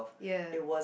ya